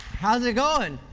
how's it going?